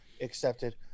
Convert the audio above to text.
accepted